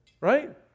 Right